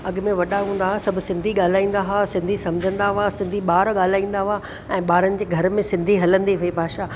अॻिमें वॾा हूंदा हा सभु सिंधी ॻाल्हाईंदा हुआ सभु सिंधी सम्झंदा हुआ सिंधी ॿार ॻाल्हाईंदा हुआ ऐं ॿारनि जे घर में सिंधी हलंदी हुई भाषा